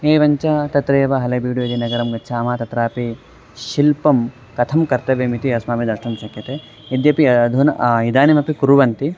एवञ्च तत्रैव हलेबीडु इति नगरं गच्छामः तत्रापि शिल्पं कथं कर्तव्यम् इति अस्माभिः द्रष्टुं शक्यते यद्यपि अधुना इदानीमपि कुर्वन्ति